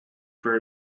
for